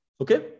okay